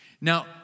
Now